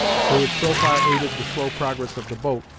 who had so far aided the slow progress of the boat,